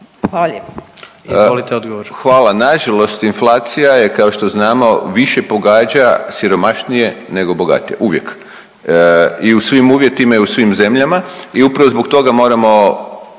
Hvala. Na žalost inflacija je kao što znamo više pogađa siromašnije nego bogatije, uvijek. I u svim uvjetima i u svim zemljama i upravo zbog toga se moramo